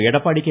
Edappadi K